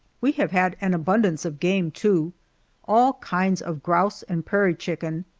we have had an abundance of game, too all kinds of grouse and prairie chicken,